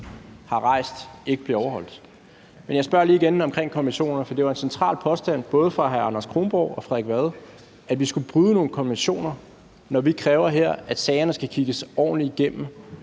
har rejst, ikke bliver overholdt Men jeg spørger lige igen omkring konventionerne, for det var en central påstand både fra hr. Anders Kronborg og hr. Frederik Vad, at vi skulle bryde nogle konventioner, når vi kræver her, at sagerne skal kigges ordentligt igennem,